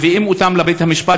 מביאים אותם לבית-המשפט,